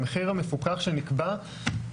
המחיר המפוקח שנקבע,